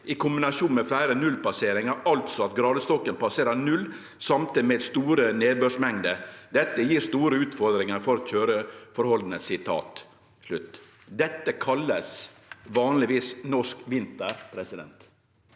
i kombinasjon med flere nullpasseringer, altså at gradestokken passerer null samtidig med store nedbørsmengder. Det gir store utfordringer for kjøreforholdene.» Dette er det ein vanlegvis kallar norsk vinter. Kva er det